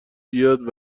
بیاد